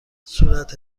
صورت